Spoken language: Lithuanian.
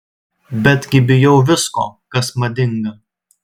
betgi bijau visko kas madinga